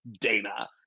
Dana